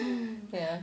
ya